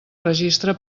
registre